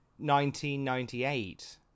1998